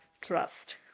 trust